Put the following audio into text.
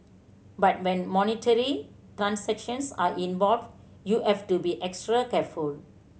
but when monetary transactions are involved you have to be extra careful